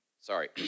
sorry